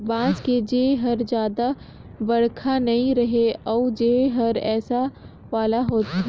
बांस के जेर हर जादा बड़रखा नइ रहें अउ जेर हर रेसा वाला होथे